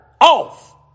off